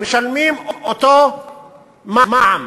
כאשר כולם משלמים אותו דבר, מע"מ,